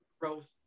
growth